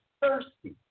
thirsty